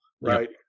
right